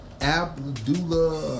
Abdullah